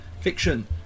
fiction